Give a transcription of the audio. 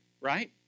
right